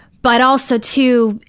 but also, too,